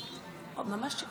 המזיק,